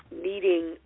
needing